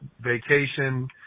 vacation